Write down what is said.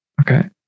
Okay